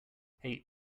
hey